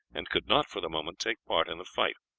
and could not for the moment take part in the fight.